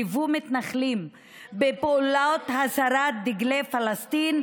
ליוו מתנחלים בפעולות הסרת דגלי פלסטין,